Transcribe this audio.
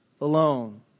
alone